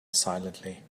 silently